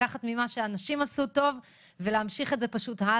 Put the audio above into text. לקחת ממה שאנשים עשו טוב ולהמשיך את זה הלאה.